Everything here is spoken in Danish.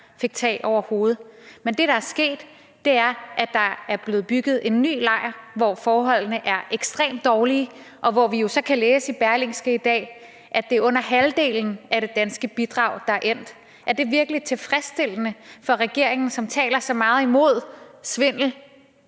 fik tag over hovedet. Men det, der er sket, er, at der er blevet bygget en ny lejr, hvor forholdene er ekstremt dårlige, og vi kan så læse i Berlingske Tidende i dag, at det er under halvdelen af det danske bidrag, der er endt der. Er det virkelig tilfredsstillende for regeringen, som taler så meget imod svindel,